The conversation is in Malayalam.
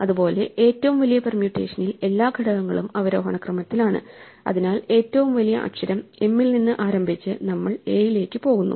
അതുപോലെ ഏറ്റവും വലിയ പെർമ്യൂട്ടേഷനിൽ എല്ലാ ഘടകങ്ങളും അവരോഹണ ക്രമത്തിലാണ് അതിനാൽ ഏറ്റവും വലിയ അക്ഷരം m ൽ നിന്ന് ആരംഭിച്ച് നമ്മൾ a ലേക്ക് പോകുന്നു